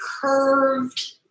curved